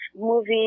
movie